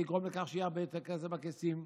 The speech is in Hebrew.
יגרום לכך שיהיה הרבה יותר כסף בכיסים.